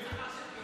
שעושים מעשה זמרי,